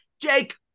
Jake